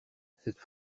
cette